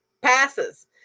passes